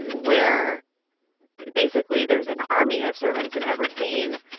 where basically there's an army of servants in every scene.